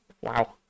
Wow